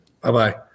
Bye-bye